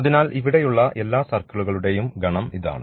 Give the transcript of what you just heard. അതിനാൽ ഇവിടെയുള്ള എല്ലാ സർക്കിളുകളുടെയും ഗണം ഇതാണ്